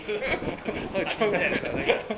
adidas ah heng ah